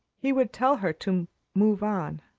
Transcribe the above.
he would tell her to move on.